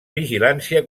vigilància